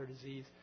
disease